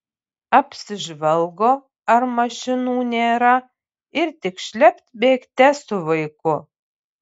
apsižvalgo ar mašinų nėra ir tik šlept bėgte su vaiku